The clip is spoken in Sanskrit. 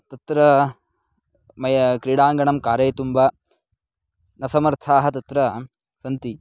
तत्र मया क्रीडाङ्गणं कारयितुं वा न समर्थाः तत्र सन्ति